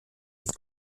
with